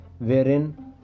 wherein